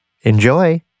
Enjoy